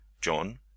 john